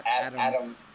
Adam